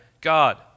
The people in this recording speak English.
God